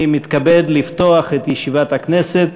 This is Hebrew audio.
אני מתכבד לפתוח את ישיבת הכנסת.